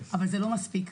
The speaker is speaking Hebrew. אבל זה לא מספיק.